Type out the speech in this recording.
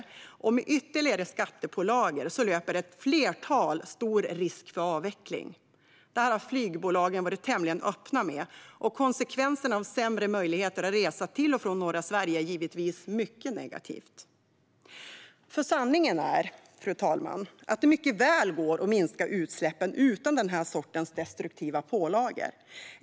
Med ytterligare skattepålagor löper ett flertal av dem stor risk för avveckling. Detta har flygbolagen varit tämligen öppna med. Konsekvenserna av sämre möjligheter att resa till och från norra Sverige blir givetvis mycket negativa. Sanningen är att det mycket väl går att minska utsläppen utan den här sortens destruktiva pålagor.